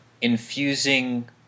infusing